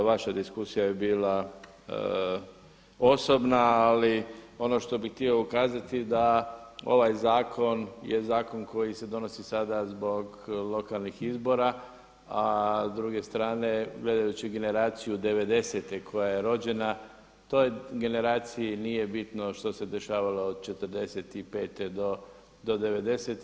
Vaša diskusija je bila osobna, ali ono što bih ukazati da ovaj zakon je zakon koji se donosi sada zbog lokalnih izbora, a s druge strane gledajući generaciju devedesete koja je rođena toj generaciji nije bitno što se dešavalo od '45. do '90.